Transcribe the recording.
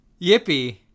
Yippee